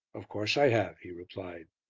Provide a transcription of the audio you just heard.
of course i have, he replied.